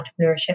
entrepreneurship